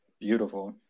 beautiful